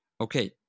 Okay